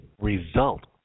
result